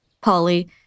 Polly